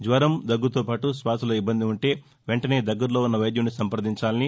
జ్వరం దగ్గుతో పాటు శ్వాసలో ఇబ్బంది ఉంటే వెంటనే దగ్గరలో ఉన్న వైద్యుడిని సంపదించాలని